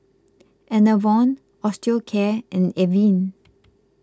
Enervon Osteocare and Avene